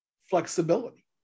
flexibility